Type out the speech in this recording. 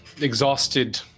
exhausted